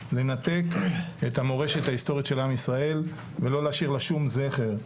לנתק את המורשת ההיסטורית של עם ישראל ולא להשאיר לה שום זכר.